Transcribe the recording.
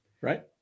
Right